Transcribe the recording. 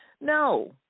No